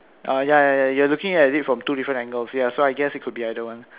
oh ya ya ya you're looking at it from two different angles ya so I guess it could be either one